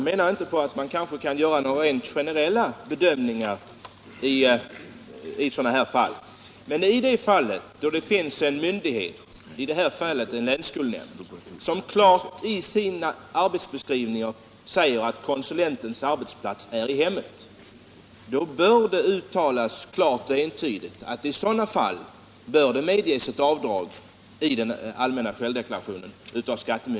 Man kan kanske inte göra några rent generella bedömningar i sådana här fall, men då det finns en myndighet — i detta fall en länsskolnämnd - som i sina arbetsbeskrivningar klart säger ifrån att konsulentens arbetsplats är i hemmet, bör det entydigt uttalas att avdrag medges av skattemyndigheterna i den allmänna självdeklarationen.